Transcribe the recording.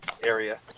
area